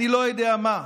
אני לא יודע מה,